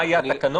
מה יהיו התקנות,